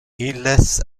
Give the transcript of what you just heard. illes